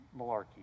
malarkey